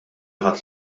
ħadd